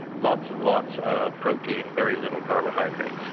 lots and lots of protein, very little carbohydrates.